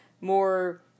more